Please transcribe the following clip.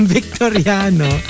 Victoriano